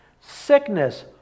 Sickness